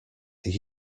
are